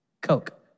coke